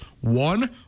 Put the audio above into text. One